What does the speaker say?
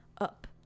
up